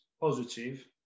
positive